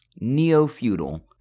neo-feudal